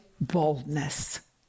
boldness